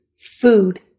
food